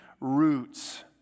roots